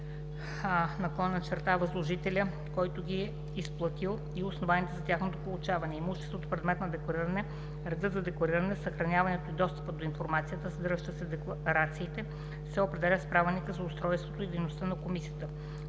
работодателя/възложителя, който ги е изплатил, и основанията за тяхното получаване. Имуществото – предмет на деклариране, редът за деклариране, съхраняването и достъпът до информацията, съдържаща се в декларациите, се определят с Правилника за устройството и дейността на комисията.